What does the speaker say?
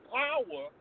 power